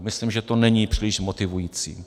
Myslím, že to není příliš motivující.